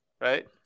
Right